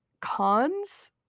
cons